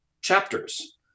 chapters